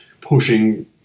pushing